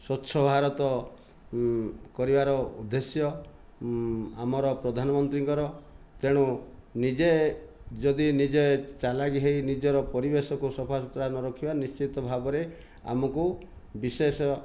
ସ୍ଵଚ୍ଛ ଭାରତ କରିବାର ଉଦ୍ଦେଶ୍ୟ ଆମର ପ୍ରଧାନମନ୍ତ୍ରୀଙ୍କର ତେଣୁ ନିଜେ ଯଦି ନିଜେ ଚାଲାକି ହୋଇ ଯଦି ନିଜ ପରିବେଶକୁ ସଫାସୁତରା ନରଖିବା ନିଶ୍ଚିତ ଭାବରେ ଆମକୁ ବିଶେଷ